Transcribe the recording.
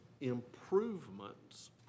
improvements